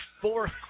fourth